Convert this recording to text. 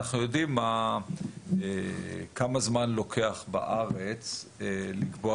אנחנו יודעים כמה זמן לוקח בארץ לקבוע